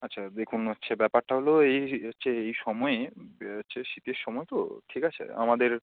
আচ্ছা দেখুন হচ্ছে ব্যাপারটা হলো এই হচ্ছে এই সময়ে হচ্ছে শীতের সময় তো ঠিক আছে আমাদের